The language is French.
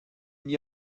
n’y